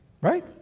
right